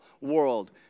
world